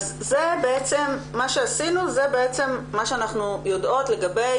מה שעשינו זה בעצם מה שאנחנו יודעות לגבי